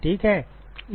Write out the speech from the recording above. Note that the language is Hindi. ठीक है